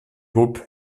groupe